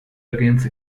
against